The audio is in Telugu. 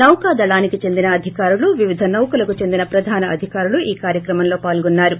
నౌకాదళానికి చెందిన అధికారులు వివిధ నౌకలకు చెందిన పధాన అధికారులు ఈ కార్యకమంలో పాల్గొన్నారు